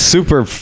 Super